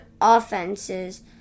offenses